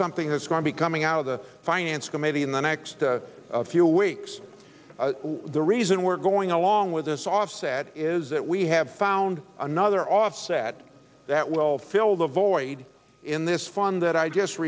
something has gone be coming out of the finance committee in the next few weeks the reason we're going along with this offset is that we have found another offset that will fill the void in this fund that i just